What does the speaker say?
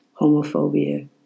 homophobia